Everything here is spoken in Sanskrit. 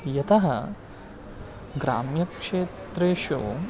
यतः ग्राम्यक्षेत्रेषु